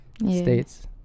states